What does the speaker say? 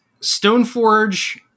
Stoneforge